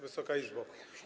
Wysoka Izbo!